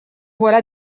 voilà